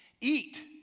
eat